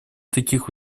таких